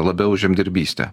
labiau žemdirbystę